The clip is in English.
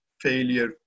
failure